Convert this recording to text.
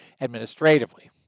administratively